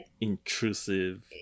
intrusive